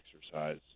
exercise